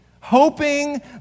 hoping